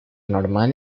normal